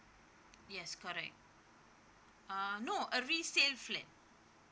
yes correct uh no a resale flat